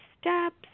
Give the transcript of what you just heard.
steps